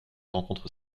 rencontre